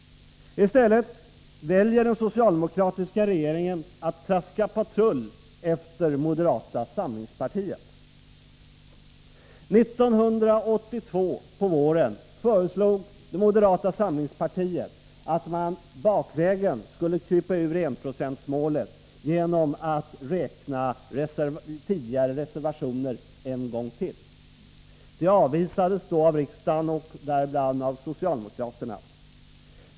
I stället väljer den socialdemokratiska regeringen att traska patrull efter moderata samlingspartiet. 1982 på våren föreslog moderata samlingspartiet att man bakvägen skulle krypa ur enprocentsmålet genom att räkna tidigare reservationer en gång till. Det avvisades då av riksdagsmajoriteten, däribland socialdemokraterna.